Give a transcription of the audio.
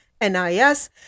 NIS